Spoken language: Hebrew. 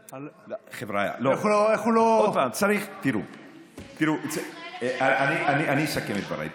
איך הוא לא, זה 18,000, אני אסכם את דבריי.